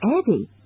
Eddie